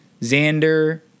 Xander